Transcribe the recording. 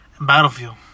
Battlefield